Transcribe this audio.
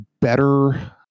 better